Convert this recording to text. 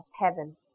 heaven